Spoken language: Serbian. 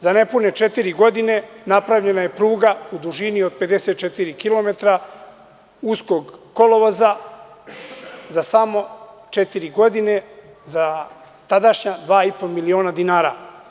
Za nepune četiri godine napravljena je pruga u dužini od 54 km uskog kolovoza za samo četiri godine, za tadašnjih 2,5 miliona dinara.